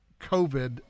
COVID